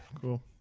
cool